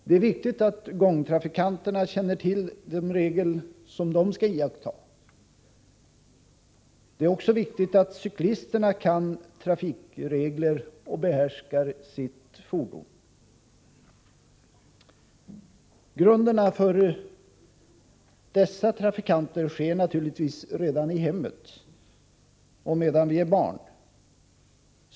Det är viktigt att gångtrafikanterna känner till de regler som de skall iaktta. Det är också viktigt att cyklisterna kan trafikregler och behärskar sitt fordon. Grunderna för trafikanternas utbildning ges naturligtvis redan i hemmet och medan vi är barn.